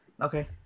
Okay